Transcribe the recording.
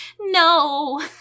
No